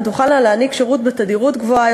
והן תוכלנה להעניק שירות בתדירות גבוהה